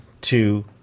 two